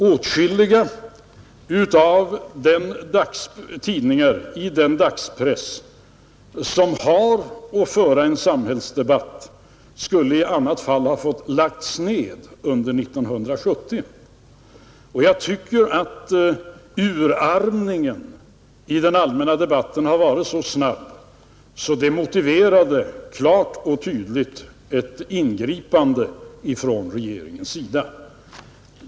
Åtskilliga av tidningarna i den dagspress som har att föra en samhällsdebatt skulle i annat fall ha fått läggas ned under 1970. Jag tycker att utarmningen i den allmänna debatten har varit så snabb att den klart och tydligt motiverar ett ingripande från regeringen.